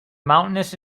mountainous